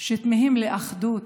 שכמהים לאחדות,